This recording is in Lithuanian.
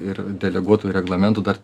ir deleguotų reglamentų dar